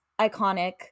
iconic